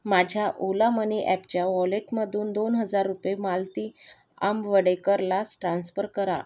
माझ्या ओला मनी ॲपच्या वॉलेटमधून दोन हजार रुपये मालती आंबवडेकरलाच ट्रान्स्फर करा